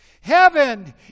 heaven